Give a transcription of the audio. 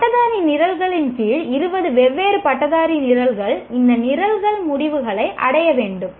பட்டதாரி நிரல்களின் கீழ் 20 வெவ்வேறு பட்டதாரி நிரல்கள் இந்த நிரல் முடிவுகளை அடைய வேண்டும்